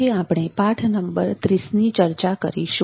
આજે આપણે પાઠ નંબર 30 ની ચર્ચા કરીશું